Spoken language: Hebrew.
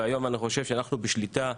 היום אני חושב שאנחנו בשליטה,